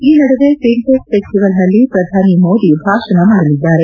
ಈ ನಡುವೆ ಫಿನ್ಟೆಕ್ ಫೆಸ್ಟಿವಲ್ನಲ್ಲಿ ಪ್ರಧಾನಿ ಮೋದಿ ಭಾಷಣ ಮಾಡಲಿದ್ದಾರೆ